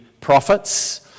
prophets